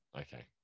Okay